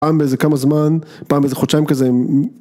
פעם באיזה כמה זמן, פעם איזה חודשיים כזה.